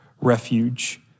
refuge